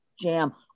jam